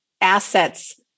assets